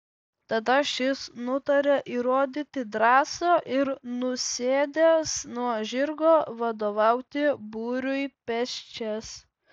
tada šis nutaria įrodyti drąsą ir nusėdęs nuo žirgo vadovauti būriui pėsčias